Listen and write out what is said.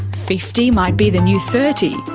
fifty might be the new thirty,